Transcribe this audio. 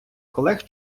колег